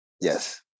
Yes